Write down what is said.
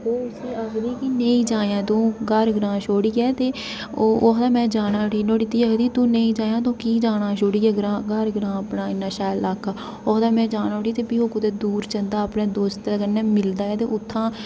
ओह् उसी आखदी कि नेई जायां तू ग्हार ग्रांऽ छोडियै ते ओह् आखदा में जाना उट्ठी नोआड़ी धीऽ आखदी तू नेई जाएआं तू की जाना छोड़ियै ग्रांऽ ग्हार ग्रांऽ अपना इन्ना शैल इलाका ऐ ओह् आखदा में जाना उट्ठी ओह् कुतै दूर जंदा अपने दोस्तैं कन्नै मिलदा ऐ ते उत्थै